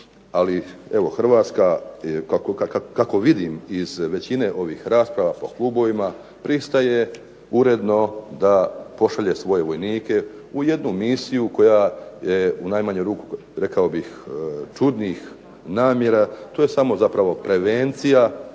Ali evo, Hrvatska je kako vidim iz većine ovih rasprava po klubovima pristaje uredno da pošalje svoje vojnike u jednu misiju koja je u najmanju ruku rekao bih čudnih namjera. To je samo zapravo prevencija,